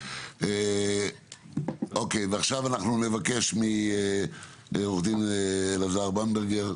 עכשיו אנחנו נבקש מעו"ד אלעזר במברגר,